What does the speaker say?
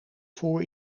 voor